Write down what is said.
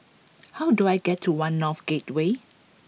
how do I get to One North Gateway